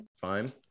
fine